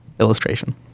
illustration